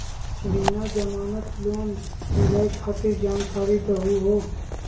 बिना जमानत लोन मिलई खातिर जानकारी दहु हो?